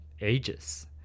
ages